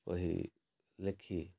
କହି ଲେଖି